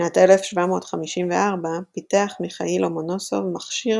בשנת 1754 פיתח מיכאיל לומונוסוב מכשיר